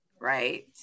right